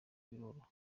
biroroha